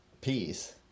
peace